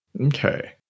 Okay